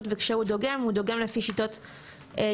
וכשהוא דוגם הוא דוגם לפי שיטות ישראליות.